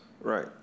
Right